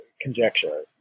conjecture